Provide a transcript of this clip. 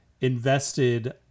invested